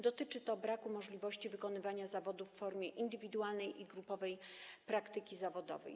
Dotyczy to braku możliwości wykonywania zawodu w formie indywidualnej i grupowej praktyki zawodowej.